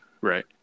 right